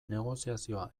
negoziazioa